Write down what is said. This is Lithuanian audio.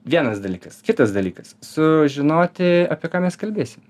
vienas dalykas kitas dalykas sužinoti apie ką mes kalbėsim